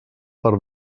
per